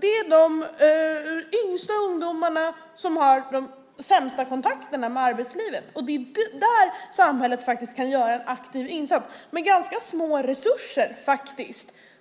Det är de yngsta ungdomarna som har de sämsta kontakterna med arbetslivet. Det är där samhället kan göra en aktiv insats, med ganska små resurser,